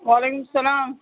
وعلیکُم السلام